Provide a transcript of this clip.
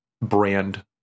brand